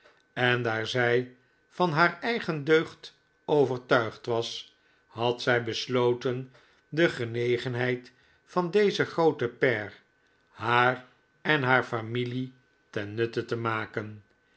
en daar zij van haar eigen deugd overtuigd was had zij besloten de genegenheid van dezen grooten pair haar en haar familie ten nutte te maken